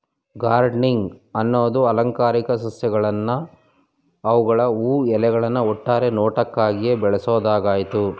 gardening ಅನ್ನದು ಅಲಂಕಾರಿಕ ಸಸ್ಯಗಳ್ನ ಅವ್ಗಳ ಹೂ ಎಲೆಗಳ ಒಟ್ಟಾರೆ ನೋಟಕ್ಕಾಗಿ ಬೆಳ್ಸೋದಾಗಯ್ತೆ